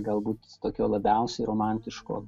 galbūt tokio labiausiai romantiško